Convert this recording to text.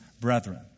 brethren